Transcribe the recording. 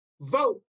vote